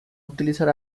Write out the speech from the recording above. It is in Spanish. utilizar